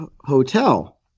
hotel